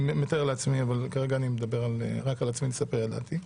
אני מתאר לעצמי, אבל כרגע רק על עצמי לספר ידעתי.